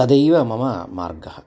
तदैव मम मार्गः